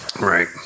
right